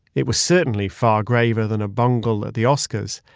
it was certainly far graver than a bungle at the oscars,